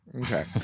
Okay